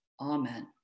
Amen